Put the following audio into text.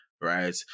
right